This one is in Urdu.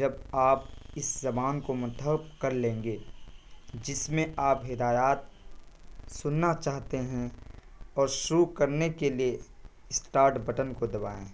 جب آپ اس زبان کو منتخب کر لیں گے جس میں آپ ہدایات سننا چاہتے ہیں اور شروع کرنے کے لیے اسٹارٹ بٹن کو دبائیں